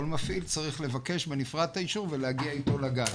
כל מפעיל צריך לבקש בנפרד את האישור ולהגיע אתו לגן.